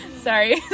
Sorry